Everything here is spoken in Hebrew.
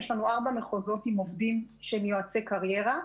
יש לנו 4 מחוזות עם עובדים שהם יועצי קריירה.